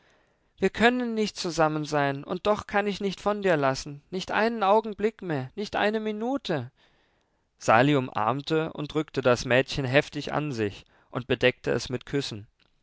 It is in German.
wir können nicht zusammensein und doch kann ich nicht von dir lassen nicht einen augenblick mehr nicht eine minute sali umarmte und drückte das mädchen heftig an sich und bedeckte es mit küssen